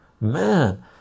man